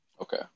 Okay